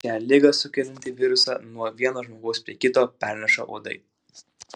šią ligą sukeliantį virusą nuo vieno žmogaus prie kito perneša uodai